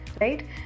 right